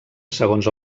segons